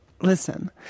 listen